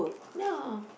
ya